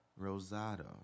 Rosado